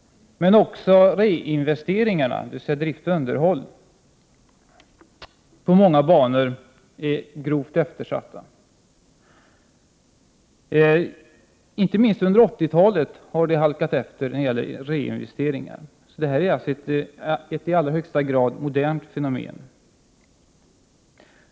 Dels är reinvesteringarna, dvs. drift och underhåll, på många banor grovt eftersatta. Inte minst under 80-talet har reinvesteringarna halkat efter — det här är alltså ett i allra högsta grad modernt fenomen.